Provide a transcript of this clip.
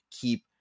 keep